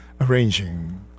arranging